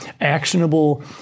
actionable